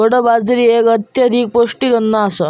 कोडो बाजरी एक अत्यधिक पौष्टिक अन्न आसा